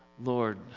Lord